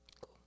Cool